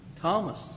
Thomas